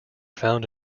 found